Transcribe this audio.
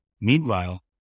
Meanwhile